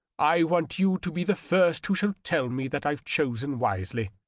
i want you to be the first who shall tell me that ive chosen wisely.